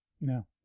No